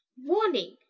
Warning